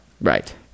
Right